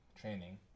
training